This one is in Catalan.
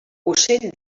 ocell